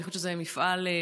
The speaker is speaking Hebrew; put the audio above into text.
אני חושבת שזה מפעל מרשים,